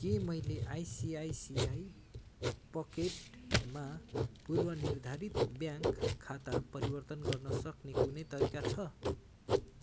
के मैले आइसिआइसिआई पकेटमा पूर्वनिर्धारित ब्याङ्क खाता परिवर्तन गर्नसक्ने कुनै तरिका छ